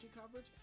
coverage